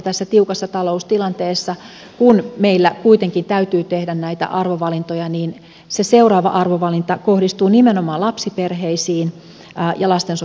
tässä tiukassa taloustilanteessa kun meillä kuitenkin täytyy tehdä näitä arvovalintoja se seuraava arvovalinta kohdistuu nimenomaan lapsiperheisiin ja lastensuojelun kehittämiseen